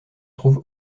trouve